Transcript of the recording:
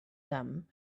them